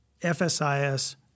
FSIS